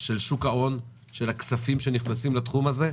של שוק ההון, של הכספים שנכנסים לתחום הזה.